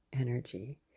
energy